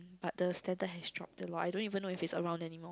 but the standard has dropped a lot I don't even know if it's around anymore